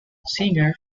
singer